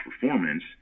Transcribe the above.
performance